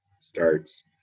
starts